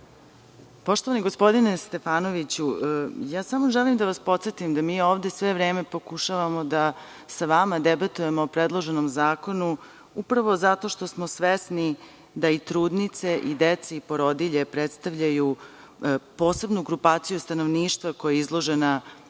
Hvala. Poštovani gospodine Stefanoviću, ja samo želim da vas podsetim da mi ovde sve vreme pokušavamo da sa vama debatujemo o predloženom zakonu upravo zato što smo svesni da i trudnice i deca i porodilje predstavljaju posebnu grupaciju stanovništva koja je izložena povećanom